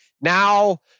Now